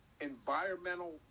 environmental